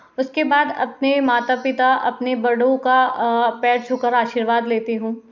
उसके बाद अपने माता पिता अपने बड़ों का पैर छू कर आशीर्वाद लेती हूँ